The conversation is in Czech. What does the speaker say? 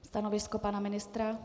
Stanovisko pana ministra.